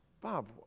bob